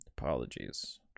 Apologies